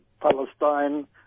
Palestine